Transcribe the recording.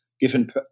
given